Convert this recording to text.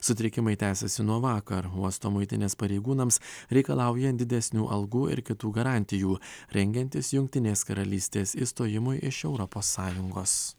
sutrikimai tęsiasi nuo vakar uosto muitinės pareigūnams reikalaujant didesnių algų ir kitų garantijų rengiantis jungtinės karalystės išstojimui iš europos sąjungos